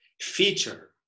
feature